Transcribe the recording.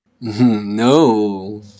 No